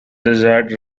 desired